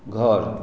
घर